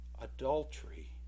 adultery